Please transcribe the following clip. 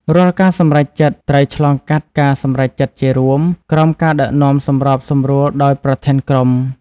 រាល់ការសម្រេចចិត្តត្រូវឆ្លងកាត់ការសម្រេចចិត្តជារួម ក្រោមការដឹកនាំសម្របសម្រួលដោយប្រធានក្រុម។